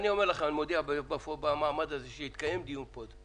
אני מודיע במעמד הזה, שיתקיים פה עוד דיון.